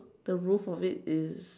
the roof of it is